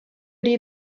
die